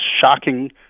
shocking